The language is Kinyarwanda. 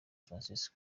francisco